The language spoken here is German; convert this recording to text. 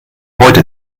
heute